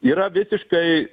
yra visiškai